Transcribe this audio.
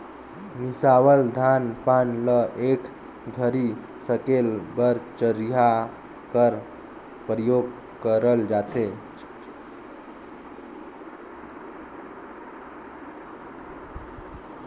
मिसावल धान पान ल एक घरी सकेले बर चरहिया कर परियोग करल जाथे